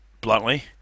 bluntly